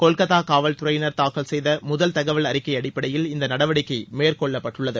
கொல்கத்தா காவல்துறையினர் தாக்கல் செய்த முதல் தகவல் அறிக்கை அடிப்படையில் இந்த நடவடிக்கை மேற்கொள்ளப்பட்டுள்ளது